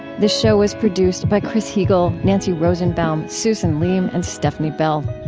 this show was produced by chris heagle, nancy rosenbaum, susan leem, and stefni bell.